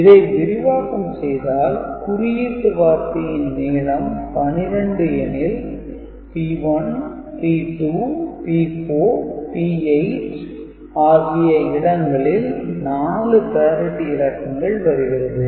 இதை விரிவாக்கம் செய்தால் குறியீட்டு வார்த்தையின் நீளம் 12 எனில் P1 P2 P4 P8 ஆகிய இடங்களில் 4 parity இலக்கங்கள் வருகிறது